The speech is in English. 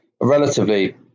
relatively